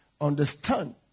Understand